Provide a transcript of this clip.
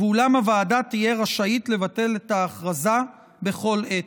ואולם הוועדה תהיה רשאית לבטל את ההכרזה בכל עת.